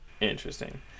Interesting